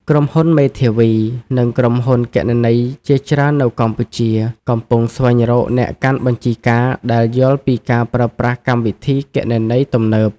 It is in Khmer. ក្រុមហ៊ុនមេធាវី និងក្រុមហ៊ុនគណនេយ្យជាច្រើននៅកម្ពុជា កំពុងស្វែងរកអ្នកកាន់បញ្ជីការដែលយល់ពីការប្រើប្រាស់កម្មវិធីគណនេយ្យទំនើប។